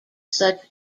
such